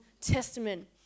Testament